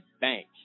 bank